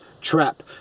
trap